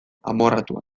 amorratua